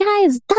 Guys